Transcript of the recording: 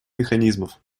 механизмов